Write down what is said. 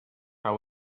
how